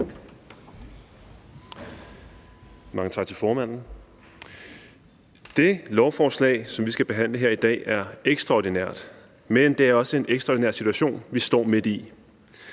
Mange tak til formanden. Det lovforslag, som vi skal behandle her i dag, er ekstraordinært, men det er også en ekstraordinær situation, vi står midt i.